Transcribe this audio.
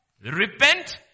Repent